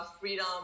freedom